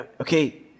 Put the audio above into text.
okay